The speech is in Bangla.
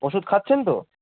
ওষুধ খাচ্ছেন তো